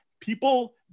people